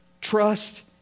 Trust